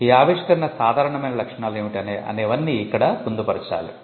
ఈ ఆవిష్కరణ సాధారణమైన లక్షణాలు ఏమిటి అనే వన్ని ఇక్కడ పొందుపరచాలి